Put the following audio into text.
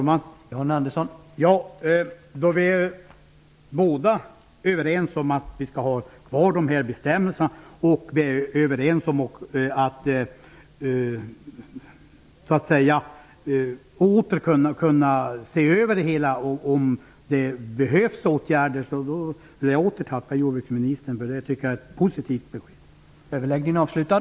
Herr talman! Vi är överens om att vi skall ha kvar dessa bestämmelser. Vi är också överens om att se över det hela om det behövs. Jag vill åter tacka jordbruksministern. Jag tycker att det är ett positivt besked.